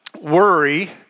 Worry